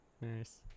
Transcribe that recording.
Nice